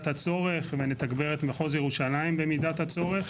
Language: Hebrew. הצורך ונתגבר את מחוז ירושלים במידת הצורך.